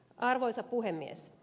arvoisa puhemies